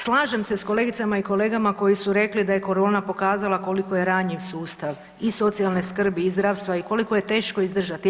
Slažem se s kolegicama i kolegama koji su rekli da je korona pokazala koliko je ranjiv sustav i socijalne skrbi i zdravstva i koliko je teško izdržati.